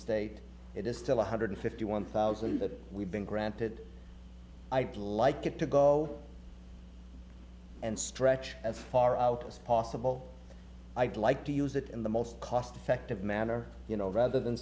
state it is still one hundred fifty one thousand that we've been granted i'd like it to go and stretch as far out as possible i'd like to use it in the most cost effective manner you know rather than